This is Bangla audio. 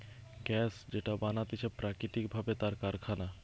গ্যাস যেটা বানাতিছে প্রাকৃতিক ভাবে তার কারখানা